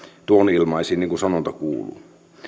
tuonilmaisiin niin kuin sanonta kuuluu